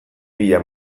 mila